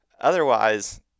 otherwise